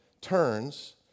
turns